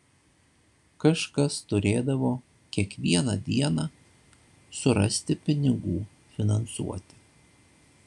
kažkas turėdavo kiekvieną dieną surasti pinigų finansuoti